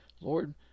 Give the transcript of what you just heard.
Lord